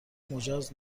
مجاز